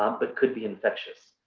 um but could be infectious,